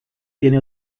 tiene